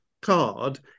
card